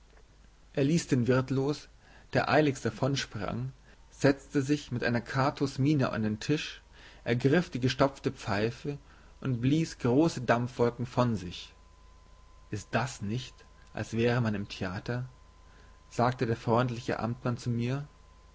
er ließ den wirt los der eiligst davonsprang setzte sich mit einer catos miene an den tisch ergriff die gestopfte pfeife und blies große dampfwolken von sich ist das nicht als wäre man im theater sagte der freundliche amtmann zu mir